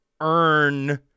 earn